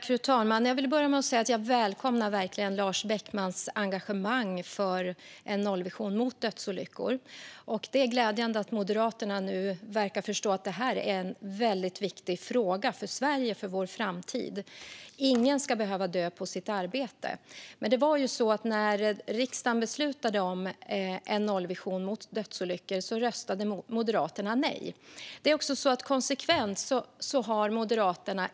Fru talman! Jag vill börja med att säga att jag verkligen välkomnar Lars Beckmans engagemang för en nollvision mot dödsolyckor. Det är glädjande att Moderaterna nu verkar förstå att detta är en mycket viktig fråga för Sverige och för vår framtid. Ingen ska behöva dö på sitt arbete. Men när riksdagen beslutade om en nollvision mot dödsolyckor röstade Moderaterna nej.